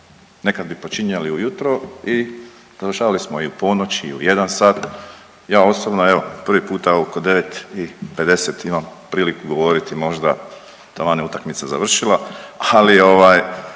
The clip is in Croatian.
Nekad bi počinjali ujutro i završavali smo i u ponoć i u jedan sat, ja osobno evo prvi puta oko 9,50 imam priliku govoriti možda taman je utakmica završila, ali ovaj